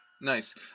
Nice